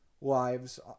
lives